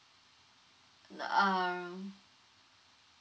uh err